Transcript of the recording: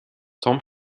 tom